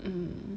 um